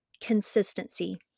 consistency